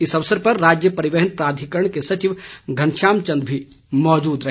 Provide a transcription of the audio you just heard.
इस अवसर पर राज्य परिवहन प्राधिकरण के सचिव घनश्याम चंद भी मौजूद रहे